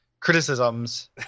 criticisms